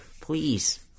Please